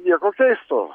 nieko keisto